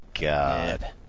god